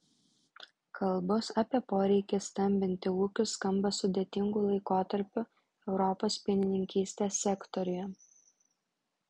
kalbos apie poreikį stambinti ūkius skamba sudėtingu laikotarpiu europos pienininkystės sektoriuje